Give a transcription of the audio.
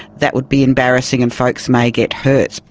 that would be embarrassing and folks may get hurt.